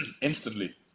instantly